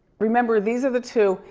remember, these are the two,